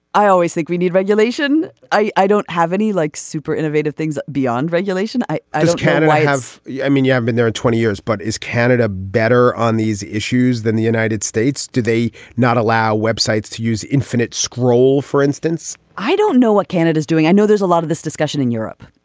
i always think we need regulation. i i don't have any like super innovative things beyond regulation as canada i have yeah i mean yeah i've been there in twenty years but is canada better on these issues than the united states. do they not allow websites to use infinite scroll for instance i don't know what canada's doing i know there's a lot of this discussion in europe.